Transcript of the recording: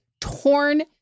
torn